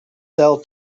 sell